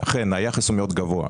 אכן היחס הוא מאוד גבוה.